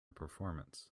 performance